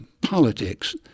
politics